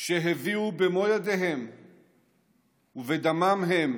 שהביאו במו ידיהם ובדמם שלהם